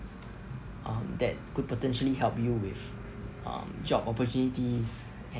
um that could potentially help you with um job opportunities